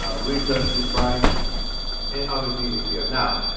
ah retail supplies and everything is here. now,